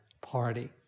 party